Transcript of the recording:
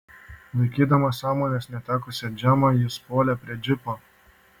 laikydamas sąmonės netekusią džemą jis puolė prie džipo